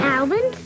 Alvin